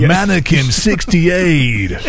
Mannequin68